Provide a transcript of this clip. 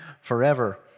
forever